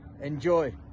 Enjoy